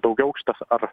daugiaaukštes ar